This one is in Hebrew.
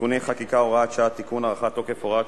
(תיקוני חקיקה) (הוראות שעה)